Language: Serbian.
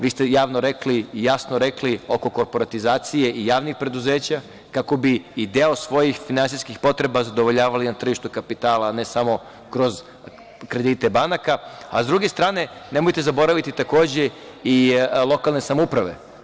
Vi ste jasno rekli oko korporatizacije i javnih preduzeća, kako bi i deo svojih finansijskih potreba zadovoljavali na tržištu kapitala, ne samo kroz kredite banaka, a sa druge strane nemojte zaboraviti lokalne samouprave.